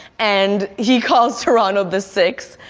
and he calls toronto the six